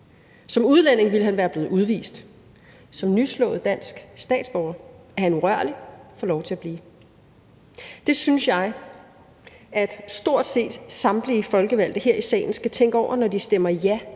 Som udlænding ville han være blevet udvist. Som nyslået dansk statsborger er han urørlig og får lov til at blive. Det synes jeg at stort set samtlige folkevalgte her i salen skal tænke over, når de stemmer ja